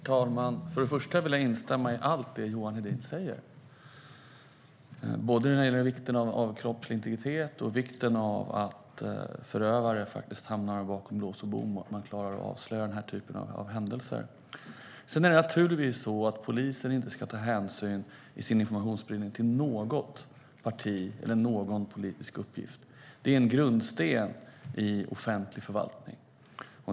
Herr talman! Först och främst vill jag instämma i allt det Johan Hedin säger när det gäller vikten av kroppslig integritet, att förövare hamnar bakom lås och bom och att avslöja den typen av händelser. Polisen ska i sin informationsspridning naturligtvis inte ta hänsyn till något parti eller någon politisk uppgift. Det är en grundsten i offentlig förvaltning.